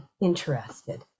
interested